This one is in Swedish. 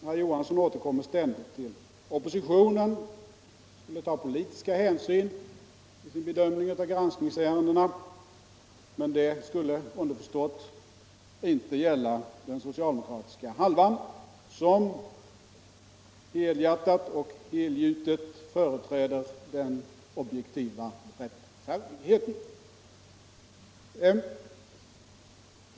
Herr Johansson återkommer ständigt till att oppositionen tar politiska hänsyn i sin bedömning av granskningsärendena. Men det skulle, underförstått, inte gälla den socialdemokratiska halvan, som helhjärtat och helgjutet företräder den objektiva rättfärdigheten.